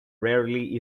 rarely